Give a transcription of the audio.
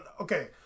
okay